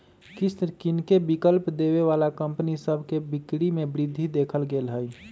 किस्त किनेके विकल्प देबऐ बला कंपनि सभ के बिक्री में वृद्धि देखल गेल हइ